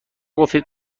گفتید